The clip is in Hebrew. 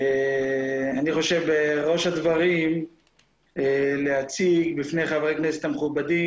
אני חושב בראש הדברים להציג בפני חברי הכנסת המכובדים